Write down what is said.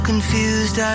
Confused